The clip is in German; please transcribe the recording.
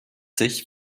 sich